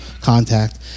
contact